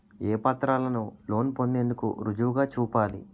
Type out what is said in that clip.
ఏ పత్రాలను లోన్ పొందేందుకు రుజువుగా చూపాలి?